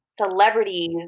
celebrities